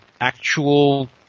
actual